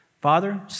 Father